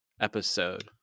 episode